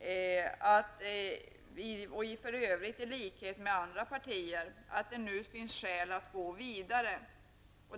-- för övrigt i likhet med andra partier -- att det nu finns skäl att gå vidare.